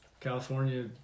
California